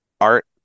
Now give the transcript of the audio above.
art